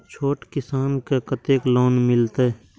छोट किसान के कतेक लोन मिलते?